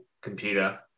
Computer